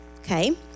okay